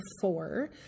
four